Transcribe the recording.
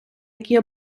якій